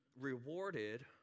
rewarded